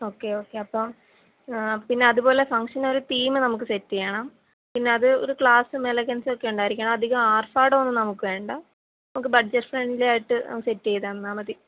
okay okay അപ്പം പിന്നെ അതുപോലെ ഫംഗ്ഷൻ ഒരു തീം നമുക്ക് സെറ്റ് ചെയ്യണം പിന്നെ അത് ഒരു ക്ലാസ്സും എലഗൻസ് ഒക്കെ ഉണ്ടായിരിക്കണം അധികം ആർഭാടം ഒന്നും നമുക്ക് വേണ്ട നമുക്ക് ബഡ്ജറ്റ് ഫ്രണ്ട്ലി ആയിട്ട് സെറ്റ് ചെയ്ത് തന്നാൽ മതി